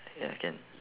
ya can